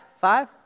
Five